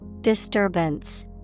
Disturbance